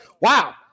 wow